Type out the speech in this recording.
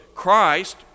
Christ